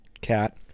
cat